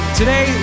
today